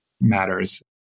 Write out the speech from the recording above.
matters